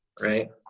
Right